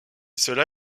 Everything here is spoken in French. cela